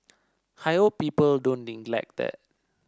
I hope people don't neglect that